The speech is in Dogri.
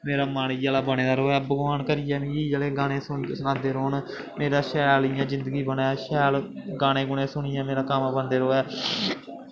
मेरा मन इ'यै लेहा बने दा रवै भगवान करियै मिगी इ'यै जेह् गाने थ्होंदे सनांदे रौह्न मेरा शैल इ'यां जिंदगी बनै शैल गाने गूने सुनियै मेरा कम्म बनदा रवै